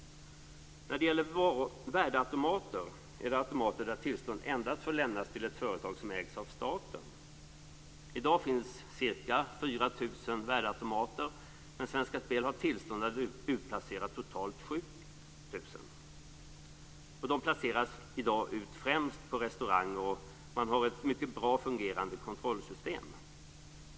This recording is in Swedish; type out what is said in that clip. När det gäller värdeautomater är det automater där tillstånd endast får lämnas till ett företag som ägs av staten. I dag finns ca 4 000 värdeautomater, men Svenska Spel har tillstånd att utplacera totalt 7 000. De placeras i dag ut främst på restauranger, och man har ett mycket bra fungerande kontrollsystem.